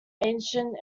ancient